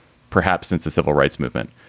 perhaps since the civil rights movement.